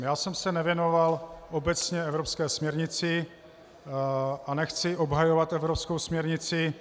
Já jsem se nevěnoval obecně evropské směrnici a nechci obhajovat evropskou směrnici.